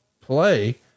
play